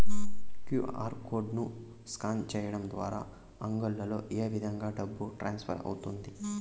QR code ను scan సేయడం ద్వారా అంగడ్లలో ఏ విధంగా డబ్బు ట్రాన్స్ఫర్ అవుతుంది